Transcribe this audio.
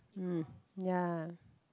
mm ya